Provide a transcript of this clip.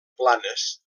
planes